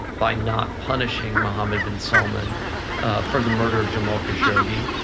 by not punishing mohammed bin salman for the murder of jamal khashoggi,